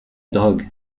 drogue